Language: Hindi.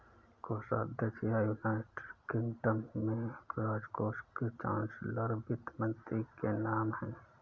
कोषाध्यक्ष या, यूनाइटेड किंगडम में, राजकोष के चांसलर वित्त मंत्री के नाम है